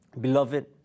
Beloved